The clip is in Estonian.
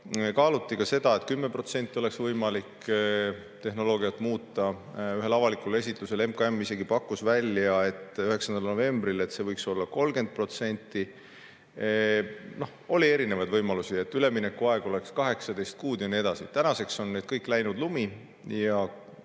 Kaaluti ka seda, et 10% oleks võimalik tehnoloogiat muuta, ühel avalikul esitlusel MKM isegi pakkus välja, 9. novembril, et see võiks olla 30%. Oli erinevaid võimalusi, [näiteks] et üleminekuaeg oleks 18 kuud ja nii edasi. Tänaseks on need kõik läinud lumi ja